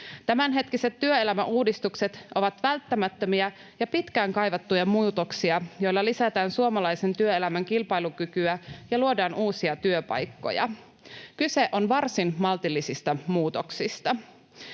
Tämänhetkiset työelämäuudistukset ovat välttämättömiä ja pitkään kaivattuja muutoksia, joilla lisätään suomalaisen työelämän kilpailukykyä ja luodaan uusia työpaikkoja. Kyse on varsin maltillisista muutoksista.